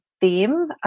theme